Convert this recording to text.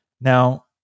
Now